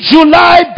July